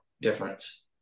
difference